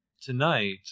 tonight